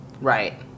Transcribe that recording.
Right